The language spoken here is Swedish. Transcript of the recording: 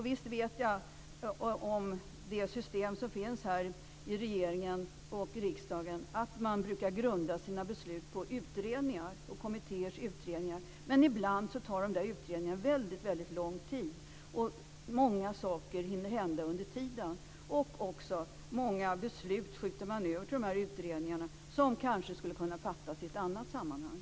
Visst vet jag om det system som finns i regeringen och riksdagen med att grunda sina beslut på utredningar och kommittéers utredningar, men ibland tar utredningarna väldigt lång tid. Många saker hinner hända under tiden, och många beslut skjuts också över till dessa utredningar som kanske skulle kunna fattas i ett annat sammanhang.